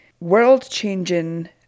world-changing